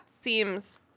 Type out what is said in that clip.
seems